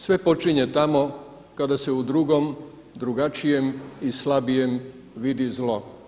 Sve počinje tamo kada se u drugom, drugačijem i slabijem vidi zlo.